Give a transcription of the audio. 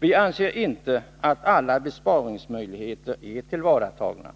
Vi anser inte att alla besparingsmöjligheter är tillvaratagna.